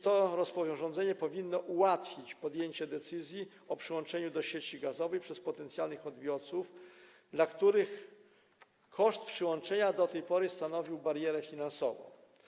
To rozporządzenie powinno ułatwić podjęcie decyzji o przyłączeniu do sieci gazowych potencjalnych odbiorców, dla których koszt przyłączenia do tej pory stanowił barierę finansową.